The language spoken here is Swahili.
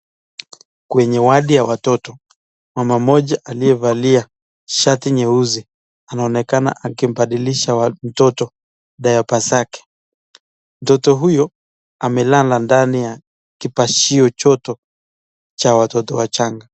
Kwenye wadi ya watoto. Mama mmoja aliyevalia shati nyeusi anaonekana akimbadilisha mtoto diaper zake. Mtoto huyo amelala ndani ya kipashio joto cha watoto wachanga.